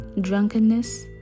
drunkenness